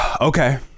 okay